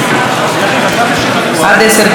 עד עשר דקות לרשותך, אדוני.